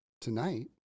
tonight